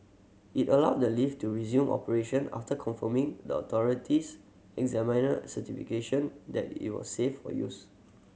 it allowed the lift to resume operation after confirming the authorities examiner certification that it was safe for use